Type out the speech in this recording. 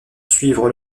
suivre